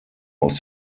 aus